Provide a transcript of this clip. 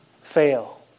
fail